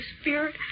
spirit